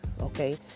okay